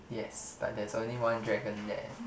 yes but there is only one dragon there